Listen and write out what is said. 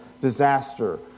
disaster